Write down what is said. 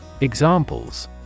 Examples